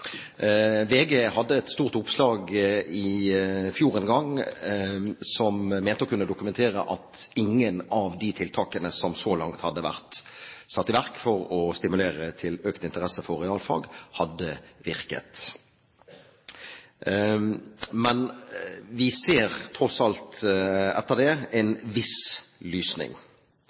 VG hadde et stort oppslag i fjor en gang om at en mente å kunne dokumentere at ingen av de tiltakene som så langt hadde vært satt i verk for å stimulere til økt interesse for realfag, hadde virket. Men vi ser tross alt etter det en viss lysning.